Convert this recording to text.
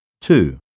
Two